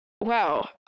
wow